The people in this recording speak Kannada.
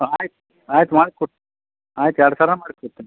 ಆಯ್ತು ಆಯ್ತು ಮಾಡ್ಸಿ ಕೊಡ್ತಿನಿ ಆಯ್ತು ಎರಡು ಸರ ಮಾಡ್ಸಿ ಕೊಡ್ತೀನಿ